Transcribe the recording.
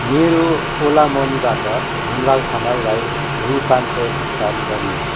मेरो ओला मनीबाट हुमलाल खनाललाई रु पाँच सय भुक्तान गर्नुहोस्